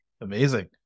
amazing